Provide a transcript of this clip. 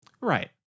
right